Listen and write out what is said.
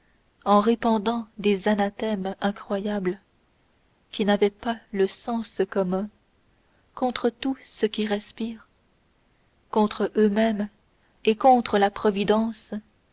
en répandant des anathèmes incroyables qui n'avaient pas le sens commun contre tout ce qui respire contre eux-mêmes et contre la providence